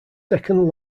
second